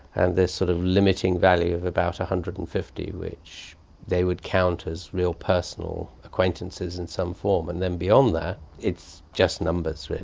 and this sort of limiting value of about one hundred and fifty, which they would count as real personal acquaintances in some form. and then beyond that it's just numbers, really.